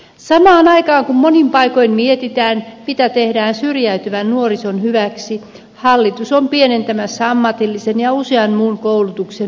samaan aikaan kun monin paikoin mietitään mitä tehdään syrjäytyvän nuorison hyväksi hallitus on pienentämässä ammatillisen ja usean muun koulutuksen määrärahoja